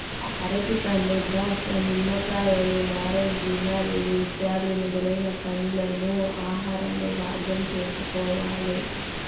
అరటిపండ్లు, ద్రాక్ష, నిమ్మకాయలు, నారింజ మరియు స్ట్రాబెర్రీ మొదలైన పండ్లను ఆహారంలో భాగం చేసుకోవాలి